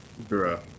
Bruh